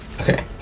Okay